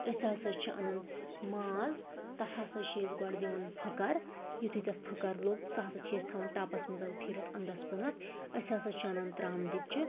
أسۍ ہَسا چھِ انان ماز تتھ ہَسا چھِ أسۍ گۄڈٕ دِوان پھٕکَر یُتھٕے تتھ پھٕکَر لوٚگ سُہ ہَسا چھِ أسۍ تھاوان ٹَپَس مَنٛز پھِرِتھ اَنٛدَس کُن أسۍ ہَسا چھِ انان ترٛامہٕ دیٖگچہِ